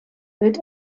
wird